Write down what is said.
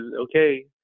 okay